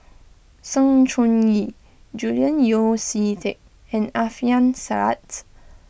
Sng Choon Yee Julian Yeo See Teck and Alfian Sa'At